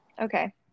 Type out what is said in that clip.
Okay